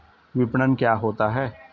विपणन क्या होता है?